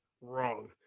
Wrong